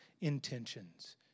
intentions